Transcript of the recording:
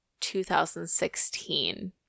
2016